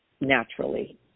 naturally